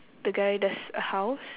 the guy there's a house